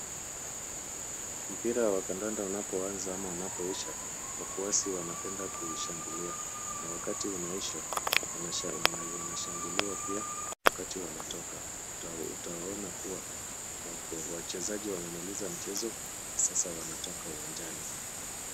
Mpira wa kandanda unapoanza ama unapoisha wafuasi wanapenda kushangilia na wakati unaisha wanashangiliwa pia wakati wanatoka. Utaona kuwa wachezaji wamemaliza mchezo na sasa wanatoka uwanjani.